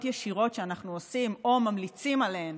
ישירות שאנחנו עושים או ממליצים עליהן